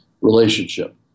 relationship